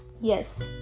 Yes